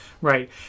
Right